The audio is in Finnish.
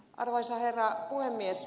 arvoisa herra puhemies